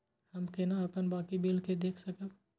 हम केना अपन बाकी बिल के देख सकब?